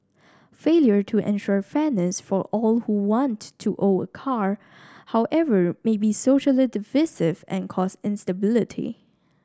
failure to ensure fairness for all who want to own a car however may be socially divisive and cause instability